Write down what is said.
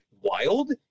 wild